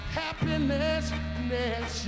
happiness